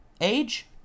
age